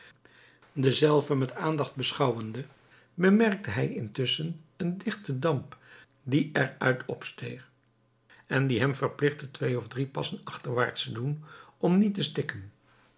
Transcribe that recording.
dezelve met aandacht beschouwende bemerkte hij intusschen een digten damp die er uit opsteeg en die hem vepligtte twee of drie passen achterwaarts te doen om niet te stikken